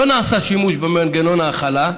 לא נעשה שימוש במנגנון ההחלה,